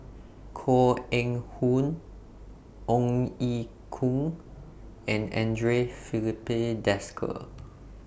Koh Eng Hoon Ong Ye Kung and Andre Filipe Desker